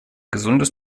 gesundes